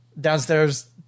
Downstairs